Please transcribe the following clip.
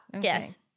Yes